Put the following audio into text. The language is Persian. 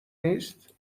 نیست